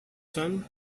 sun